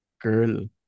girl